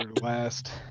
last